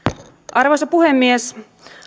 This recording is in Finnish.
arvoisa puhemies